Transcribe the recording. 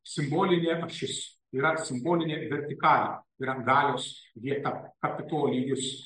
simbolinė ašis yra simbolinė vertikalė ir ant galios vieta kapitolijus